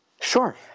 Sure